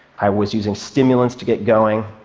i was using stimulants to get going.